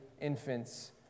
infants